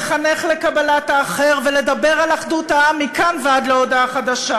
לחנך לקבלת האחר ולדבר על אחדות העם מכאן ועד להודעה חדשה,